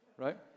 right